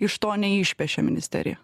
iš to neišpešė ministerija